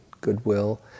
goodwill